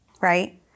right